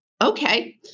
okay